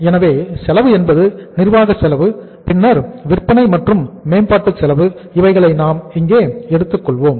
எனவே செலவு என்பது நிர்வாக செலவு பின்னர் விற்பனை மற்றும் மேம்பாடு செலவு இவைகளை நாம் இங்கு எடுத்துக் கொள்வோம்